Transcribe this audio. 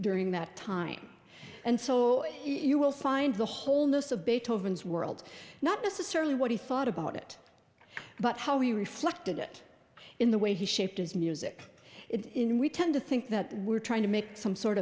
during that time and so you will find the whole missive beethoven's world not necessarily what he thought about it but how he reflected it in the way he shaped his music it in we tend to think that we're trying to make some sort